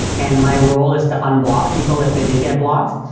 and my role is to unblock people if they do get blocked,